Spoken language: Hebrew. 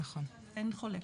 אין חולק.